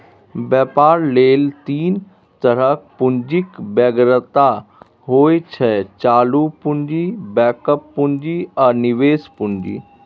बेपार लेल तीन तरहक पुंजीक बेगरता होइ छै चालु पुंजी, बैकअप पुंजी आ निबेश पुंजी